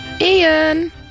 Ian